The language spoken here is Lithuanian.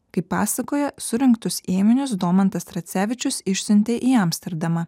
kaip pasakoja surinktus ėminius domantas tracevičius išsiuntė į amsterdamą